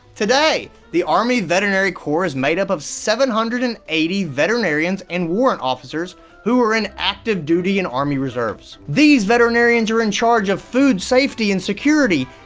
today, the army veterinary corps is made up of seven hundred and eighty veterinarians and warrant officers who are in active duty and army reserves. these veterinarians are in charge of food safety and security,